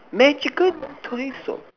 magical toy store